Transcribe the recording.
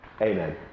Amen